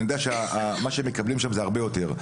אני יודע שמה שמקבלים שם זה הרבה יותר,